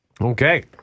Okay